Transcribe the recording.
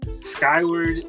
Skyward